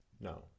No